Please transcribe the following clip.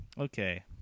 Okay